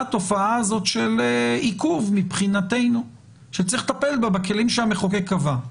התופעה הזאת של עיכוב מבחינתנו שצריך לטפל בה בכלים שהמחוקק קבע.